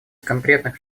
конкретных